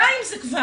די עם זה כבר.